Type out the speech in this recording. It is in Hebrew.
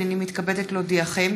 הנני מתכבדת להודיעכם,